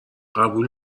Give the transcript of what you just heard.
قبول